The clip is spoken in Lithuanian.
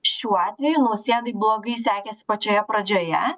šiuo atveju nausėdai blogai sekėsi pačioje pradžioje